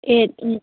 eight ꯎꯝ